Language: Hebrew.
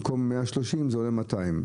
130 זה עולה 200,